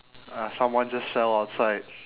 ah someone just fell outside